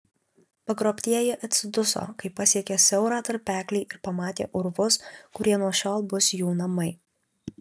pagrobtieji atsiduso kai pasiekė siaurą tarpeklį ir pamatė urvus kurie nuo šiol bus jų namai